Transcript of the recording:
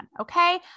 Okay